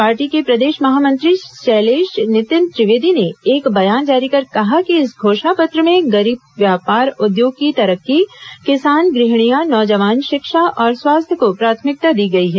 party के प्रदेश महामंत्री शैलेश नितिन त्रिवेदी ने एक बयान जारी कर कहा कि इस घोषणा पत्र में गरीब व्यापार उद्योग की तरक्की किसान गृहणियां नौजवान शिक्षा और स्वास्थ्य को प्राथमिकता दी गई है